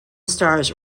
stars